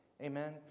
Amen